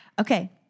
Okay